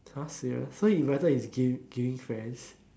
!huh! serious so he invited his ga~ gaming friends